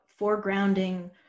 foregrounding